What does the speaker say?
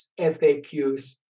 FAQs